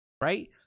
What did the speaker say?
right